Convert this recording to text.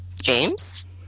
James